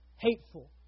hateful